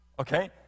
okay